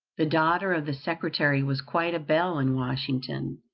the daughter of the secretary was quite a belle in washington,